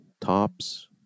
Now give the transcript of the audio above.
tops